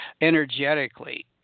energetically